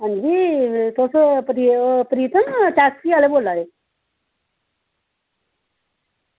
आं जी तुस प्रीतम टैक्सी ल्आह्ले बोल्ला दे